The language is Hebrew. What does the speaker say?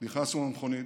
נכנסנו למכונית,